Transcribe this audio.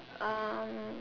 um